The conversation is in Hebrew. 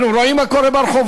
אנחנו רואים מה קורה ברחובות,